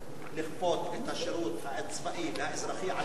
לכפות את השירות הצבאי והאזרחי על נשים חרדיות?